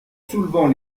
soulevant